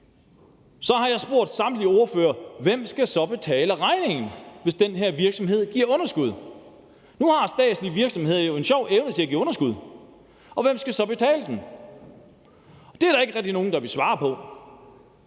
Jeg har så spurgt samtlige ordførere, hvem der så skal betale regningen, hvis den her virksomhed giver underskud. Nu har statslige virksomheder jo en sjov evne til at give underskud, og hvem skal så betale regningen? Det er der ikke rigtig nogen, der vil svare på.